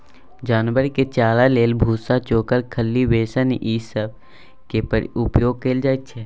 जानवर के चारा लेल भुस्सा, चोकर, खल्ली, बेसन ई सब केर उपयोग कएल जाइ छै